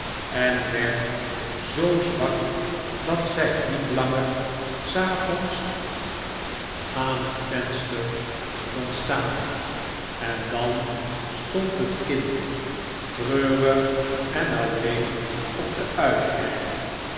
en werd zoo zwak dat zij niet langer s avonds aan het venster kon staan en dan stond het kind treurig en alleen op den uitkijk